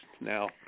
Now